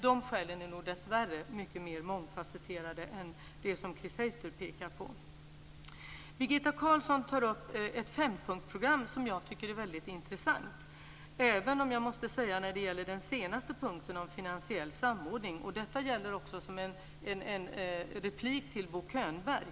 De skälen är nog dessvärre mycket mer mångfacetterade än vad Chris Heister pekar på. Birgitta Carlsson tar upp ett fempunktsprogram som jag tycker är väldigt intressant, även om jag måste säga något när det gäller den sista punkten om finansiell samordning. Detta gäller också som en replik till Bo Könberg.